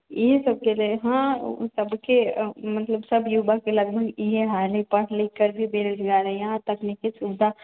ईसब तऽ रहै हँ ओ सबके मतलब सब युवाके लगभग एहि हाल है पढ़लिख कर भी बेरोजगार है यहाँ तकनीकी सुविधा